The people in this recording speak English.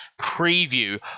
preview